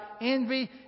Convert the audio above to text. envy